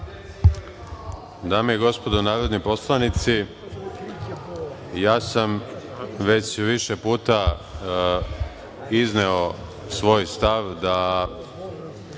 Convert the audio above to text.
Dame i gospodo narodni poslanici, ja sam već više puta izneo svoj stav da